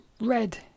red